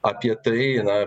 apie tai na